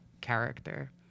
character